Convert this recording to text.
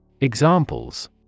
Examples